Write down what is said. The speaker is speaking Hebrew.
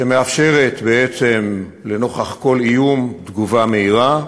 שמאפשרת לנוכח כל איום תגובה מהירה,